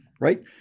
Right